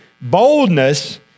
boldness